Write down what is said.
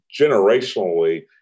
generationally